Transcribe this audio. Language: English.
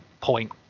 point